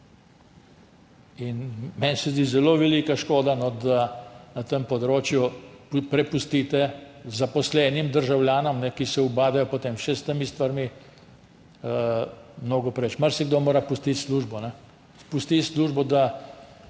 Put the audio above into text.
Meni se zdi zelo velika škoda, da na tem področju prepustite zaposlenim državljanom, ki se ubadajo potem še s temi stvarmi, mnogo preveč. Marsikdo mora pustiti službo. Pusti službo, da